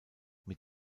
mit